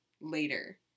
later